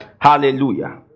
Hallelujah